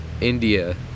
India